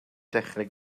dechrau